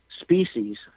species